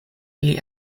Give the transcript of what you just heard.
ili